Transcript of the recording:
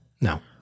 No